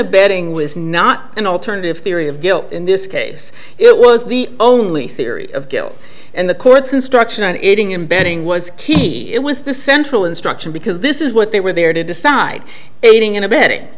abetting was not an alternative theory of guilt in this case it was the only theory of guilt and the court's instruction on aiding and abetting was key it was the central instruction because this is what they were there to decide aiding and abetting